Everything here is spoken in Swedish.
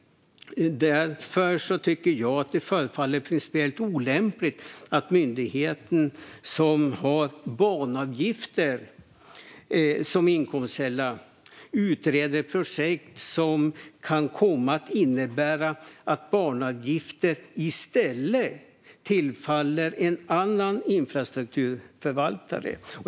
Därför tycker jag att det förefaller principiellt olämpligt att myndigheten som har banavgifter som inkomstkälla utreder projekt som kan komma att innebära att banavgifter i stället tillfaller en annan infrastrukturförvaltare.